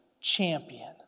champion